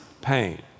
pain